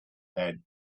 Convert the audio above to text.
bed